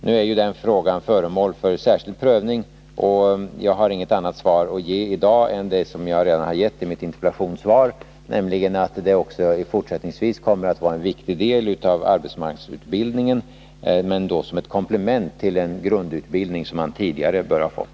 Nu är den frågan föremål för särskild prövning, och jag har inget annat besked att ge i dag än det som jag redan har gett i mitt interpellationssvar, nämligen att detta också fortsättningsvis kommer att vara en viktig del av arbetsmarknadsutbildningen — men då som ett komplement till den grundutbildning som man tidigare bör ha fått.